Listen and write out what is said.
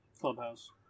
clubhouse